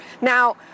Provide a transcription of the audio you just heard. now